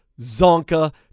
Zonka